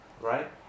Right